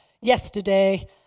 yesterday